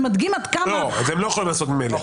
לא, את זה הם לא יכולים לעשות ממילא.